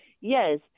yes